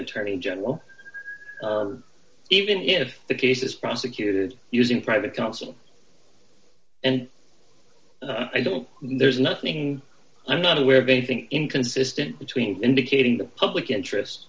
attorney general even if the case is prosecuted using private counsel and i don't there's nothing i'm not aware of anything inconsistent between indicating the public interest